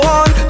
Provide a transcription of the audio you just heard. on